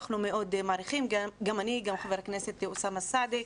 חבר הכנסת אוסאמה סעדי,